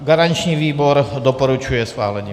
Garanční výbor doporučuje ke schválení.